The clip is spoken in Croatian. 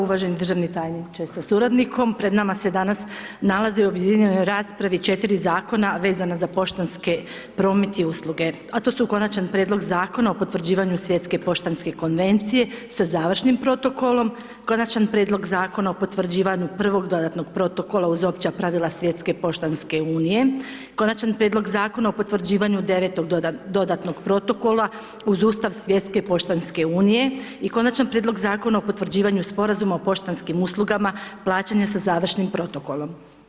Uvaženi državni tajniče sa suradnikom, Pred nama se danas nalaze u objedinjenoj raspravi 4 zakona vezana za poštanski promet i usluge a to su Konačni prijedlog Zakona o potvrđivanju Svjetske poštanske konvencije sa završnim protokolom, Konačni prijedlog Zakona o potvrđivanju Prvog dodatnog protokola uz opća pravila Svjetske poštanske unije, Konačni prijedlog Zakona o potvrđivanju Devetog dodatnog protokola uz Ustav Svjetske poštanske unije i Konačni prijedlog Zakona o potvrđivanju Sporazuma o poštanskim uslugama plaćanja sa završnim protokolom.